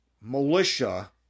militia